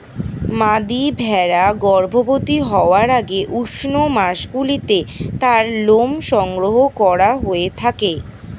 মাদী ভেড়া গর্ভবতী হওয়ার আগে উষ্ণ মাসগুলিতে তার লোম সংগ্রহ করা হয়ে থাকে